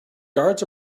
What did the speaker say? guards